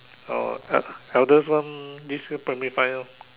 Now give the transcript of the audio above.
uh eldest one this year primary five lor